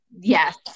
Yes